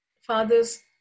fathers